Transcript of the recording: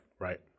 Right